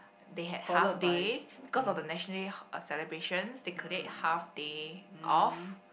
they have half day because of the national celebration they could take half day off